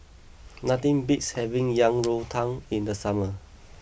nothing beats having Yang Rou Tang in the Summer